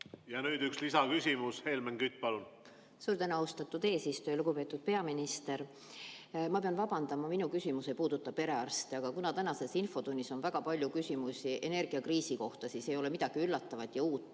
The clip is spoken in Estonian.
et ehk see õnnestub seekord ära teha? Suur tänu, austatud eesistuja! Lugupeetud peaminister! Ma pean vabandama, minu küsimus ei puuduta perearste, aga kuna tänases infotunnis on väga palju küsimusi energiakriisi kohta, siis ei ole midagi üllatavat ja uut.